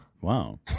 wow